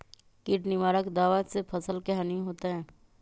किट निवारक दावा से फसल के हानियों होतै?